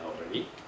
already